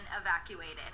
evacuated